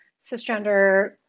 cisgender